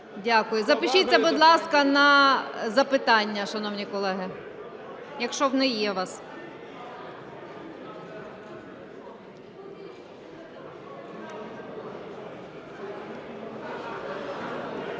Дякую. Запишіться, будь ласка, на запитання, шановні колеги, якщо вони є у вас.